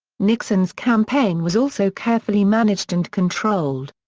nixon's campaign was also carefully managed and controlled.